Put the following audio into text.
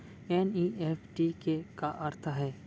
NEFT के का अर्थ है?